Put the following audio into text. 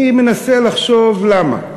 אני מנסה לחשוב למה.